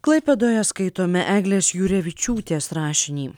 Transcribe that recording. klaipėdoje skaitome eglės jurevičiūtės rašinį